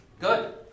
good